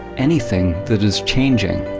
anything that is changing.